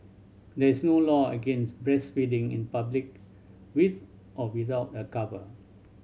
there is no law against breastfeeding in public with or without a cover